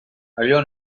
allò